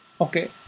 Okay